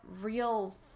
real